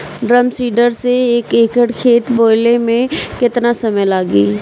Drum seeder से एक एकड़ खेत बोयले मै कितना समय लागी?